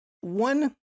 one